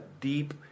deep